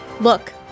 Look